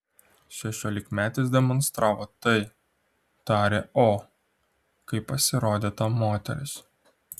šešiolikmetis demonstravo tai tarė o kai pasirodė ta moteris